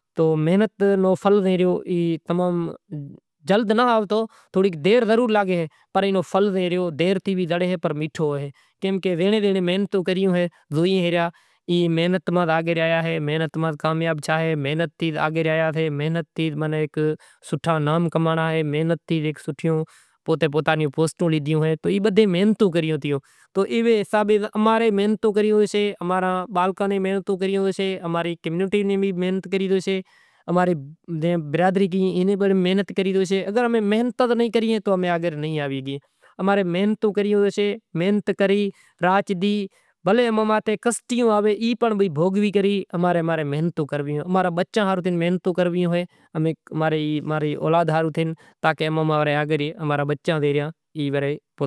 کہ یار فلانڑو مری گیو ختم تھئی گیو، پر ناں اماں نیں مرنڑو ایم اے کہ کانک ناں کانک کری مرنڑو اے۔ رات پڑی زائے تو روٹلو شاگ کراں کوئی کچرو کاڈھاں ٹھانبڑا گشاں، تو آئوں لگڑا دھوئاں ٹھانبڑاں گشاں وڑی شاگ روٹلا کرے ہوئی راں وڑے اوٹھاں وری ہوارے نو کام کراں وری زان میں زایاں وری میک اپ ہنڑاں کوئی مانگ کوئی ٹیلو ہنڑاں کوئی سرخی ہنڑاں ایئں گھوموا زایاں کوئی زوڑا لیوا زایاں کوئی منگل سوتر لیوا زایاں۔ سیہلیاں بھیگی گھوموا زایاں زان بان زائے ایک بیجی بھیڑی تھیاں وری بدہے گھوموا زایاں وڑی گھرے آواں تو بیہاں لگڑا بگڑا دھوئاں پسے وڑی ہوئی ریاں۔ وری بیزی